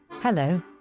Hello